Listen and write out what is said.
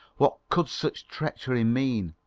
what could such treachery mean,